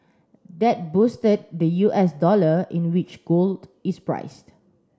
that boosted the U S dollar in which gold is priced